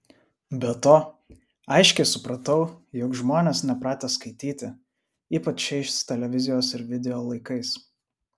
be to aiškiai supratau jog žmonės nepratę skaityti ypač šiais televizijos ir video laikais